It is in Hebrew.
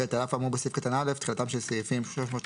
(ב) על עף האמור בסעיף קטן (א) תחילתם של סעיפים 330ב,